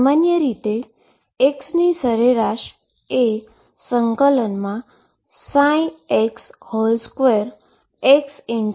સામાન્ય રીતે x ની એવરેજaverage એ ∫ψ2xdx બરાબર બનશે